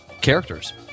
characters